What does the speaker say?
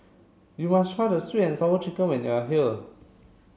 you must try the sweet and sour chicken when you are here